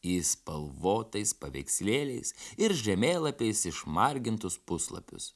į spalvotais paveikslėliais ir žemėlapiais išmargintus puslapius